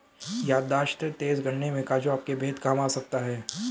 याददाश्त तेज करने में काजू आपके बेहद काम आ सकता है